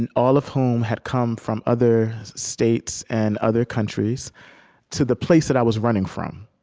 and all of whom had come from other states and other countries to the place that i was running from.